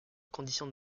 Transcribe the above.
condition